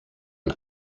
and